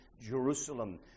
Jerusalem